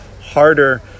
harder